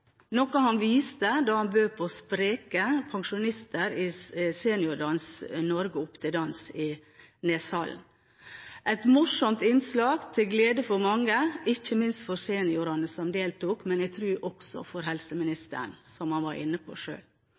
noe han viste da han bød spreke pensjonister i Seniordans Norge opp til dans i Neshallen – et morsomt innslag til glede for mange, ikke minst for seniorene som deltok, men jeg vil tro også for helseministeren, noe han var inne på sjøl.